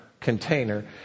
container